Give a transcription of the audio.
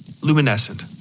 Luminescent